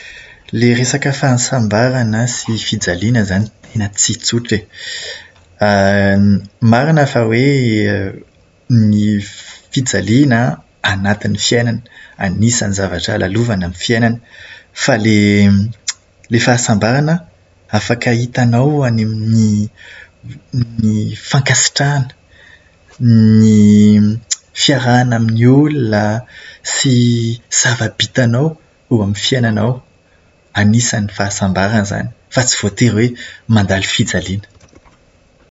Ilay resaka fahasambarana sy fijaliana izany tena tsy tsotra e. Marina fa hoe ny fijaliana anatin'ny fiainana. Anisan'ny zavatra lalovana anatin'ny fiainana. Fa ilay fahasambarana an, afaka hitanao any amin'ny ny fankasitrahana, ny fiarahana amin'ny olona sy zava-bitanao eo amin'ny fiainanao. Anisan'ny fahasambarana izany. Fa tsy voatery hoe mandalo fijaliana.